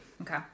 Okay